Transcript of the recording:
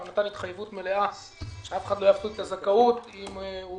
אבל נתן התחייבות מלאה שאף אחד לא יפסיד את הזכאות אם הוא